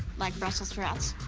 like brussel sprouts?